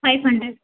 five hundred